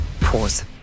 pause